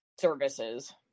services